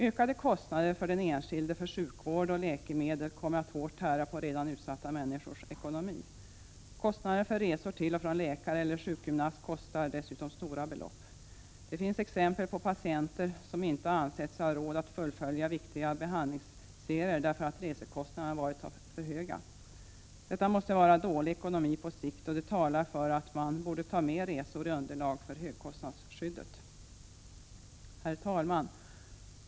Ökade kostnader för den enskilde för sjukvård och läkemedel kommer att hårt tära på redan utsatta människors ekonomi. Resor till och från läkare eller sjukgymnast kostar dessutom stora belopp. Det finns exempel på patienter som inte har ansett sig ha råd att fullfölja viktiga behandlingsserier därför att resekostnaderna varit för höga. Detta måste vara dålig ekonomi på sikt, och det talar för att man även borde ta med resor i underlaget för högkostnadsskyddet. Herr talman!